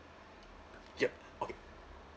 yup okay